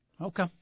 Okay